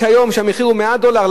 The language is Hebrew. כשהמחיר הוא 100 דולר,